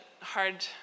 hard